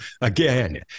again